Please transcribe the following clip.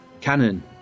Canon